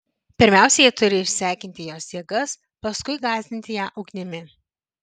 pirmiausia jie turi išsekinti jos jėgas paskui gąsdinti ją ugnimi